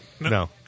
No